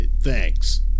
Thanks